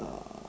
uh